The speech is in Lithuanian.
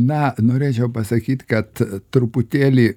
na norėčiau pasakyt kad truputėlį